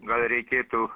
gal reikėtų